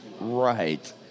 Right